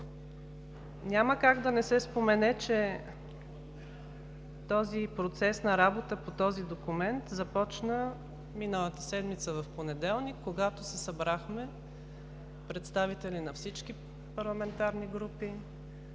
Няма как да не се спомене, че процесът на работа по този документ започна миналата седмица, в понеделник, когато се събрахме представители на всички парламентарни групи